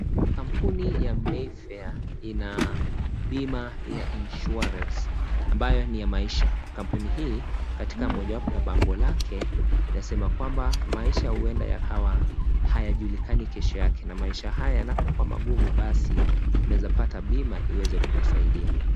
Kampuni ya Mayfair ina bima ya insurance ambayo ni ya maisha, kampuni hii katika moja wapo ya bango lake lasema kwamba maisha huenda yakawa hayajulikani kesho yake na maisha haya yanapokuwa magumu basi unawezapata bima iweze kukusaidia.